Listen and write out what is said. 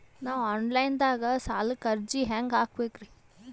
ನಾವು online ದಾಗ ಸಾಲಕ್ಕ ಅರ್ಜಿ ಹೆಂಗ ಹಾಕಬೇಕ್ರಿ?